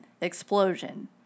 Explosion